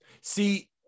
See